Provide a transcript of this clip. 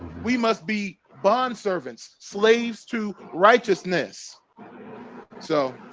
we must be bondservants slaves to righteousness so